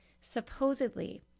supposedly